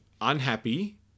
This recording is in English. unhappy